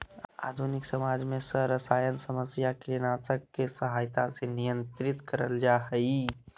आधुनिक समाज में सरसायन समस्या कीटनाशक के सहायता से नियंत्रित करल जा हई